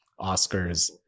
Oscars